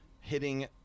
hitting